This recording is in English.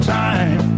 time